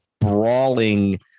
brawling